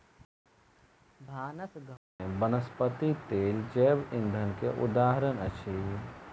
भानस घर में वनस्पति तेल जैव ईंधन के उदाहरण अछि